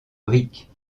brique